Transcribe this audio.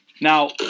Now